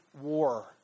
war